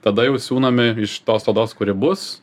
tada jau siūnami iš tos odos kuri bus